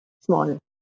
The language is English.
small